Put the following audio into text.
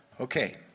Okay